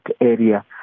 area